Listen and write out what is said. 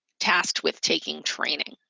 tasked with taking training.